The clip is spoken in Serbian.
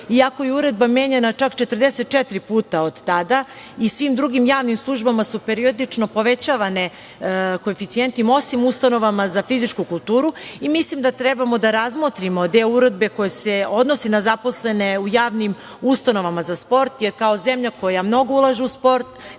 iako je Uredba menjana čak 44 puta od tada. Svim drugim javnim službama su periodično povećavani koeficijenti, osim ustanovama za fizičku kulturu. Mislim da treba da razmotrimo deo Uredbe koja se odnosi na zaposlene u javnim ustanovama za sport, jer kao zemlja koja mnogo ulaže u sport,